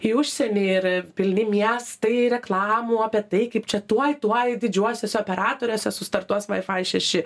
į užsienį ir pilni miestai reklamų apie tai kaip čia tuoj tuoj didžiuosiuose operatoriuose sustartuos wifi šeši